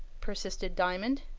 persisted diamond.